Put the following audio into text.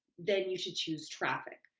then you should choose traffic.